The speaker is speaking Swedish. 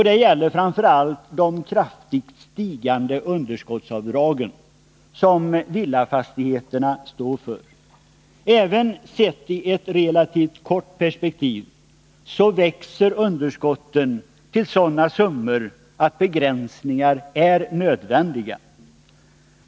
Det gäller framför allt de kraftigt stigande underskottsavdragen som villafastigheterna står för. Även sett i ett relativt kort perspektiv växer underskotten till sådana summor att begränsningar är nödvändiga.